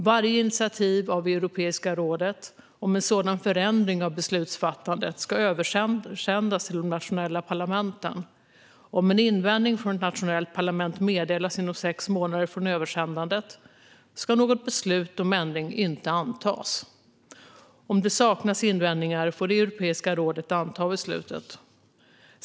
Varje initiativ av Europeiska rådet om en sådan ändring av beslutsfattandet ska översändas till de nationella parlamenten. Om en invändning från ett nationellt parlament meddelas inom sex månader från översändandet ska något beslut om ändring inte antas. Om det saknas invändningar får Europeiska rådet anta beslutet.